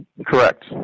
Correct